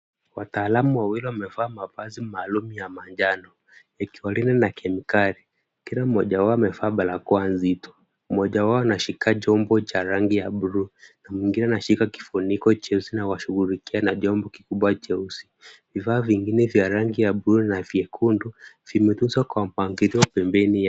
Wataalam wawili wamevaa mavazi maalum ya njano ikiwalinda na kemikali. Kila mmoja wao amevaa barakoa nzito. Mmoja wao anashika chombo cha rangi ya bluu na mwingine anashika kifuniko cheusi na wanashughulikia chombo kikubwa cheusi. Vifaa vingine vya rangi ya bluu na vyekundu vimetunzwa kwa mpangilio pembeni ya...